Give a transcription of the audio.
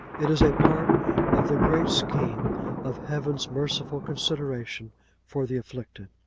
it is a part of the great scheme of heaven's merciful consideration for the afflicted.